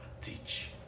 teach